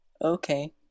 Okay